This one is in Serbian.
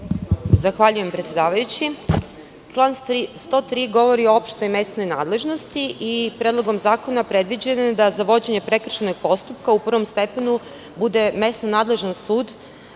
Zahvaljujem, predsedavajući. Član 103. govori o opštoj mesnoj nadležnosti. Predlogom zakona predviđeno je da za vođenje prekršajnog postupka u prvom stepenu bude mesna nadležnost